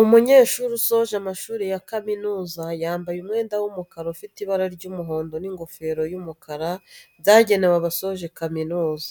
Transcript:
Umunyeshuri usoje amashuri ya kaminuza, yambaye umwenda w'umukara ufite ibara ry'umuhondo n'ingofero y'umukara byagenewe abasoje kaminuza,